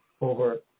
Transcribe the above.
over